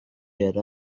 yari